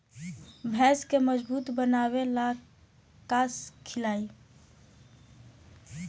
भैंस के मजबूत बनावे ला का खिलाई?